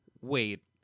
Wait